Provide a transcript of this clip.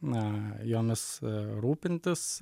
na jomis rūpintis